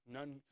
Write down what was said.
None